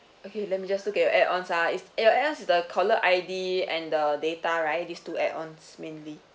okay let me just look at your add-ons ah it's your add-on is the caller I_D and the data right these two add-ons mainly